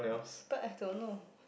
but I don't know